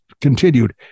continued